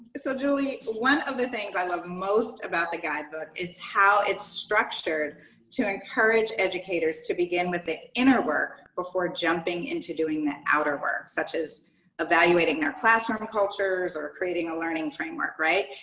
so julye, one of the things i love most about the guidebook is how it's structured to encourage educators to begin with the inner work before jumping into doing the outer work such as evaluating their classroom cultures or creating a learning framework right?